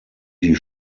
die